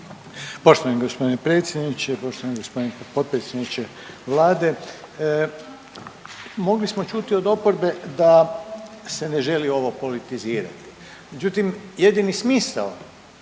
Poštovani g. predsjedniče, poštovani g. potpredsjedniče Vlade, mogli smo čuti od oporbe da se ne želi ovo politizirati, međutim, jedini smisao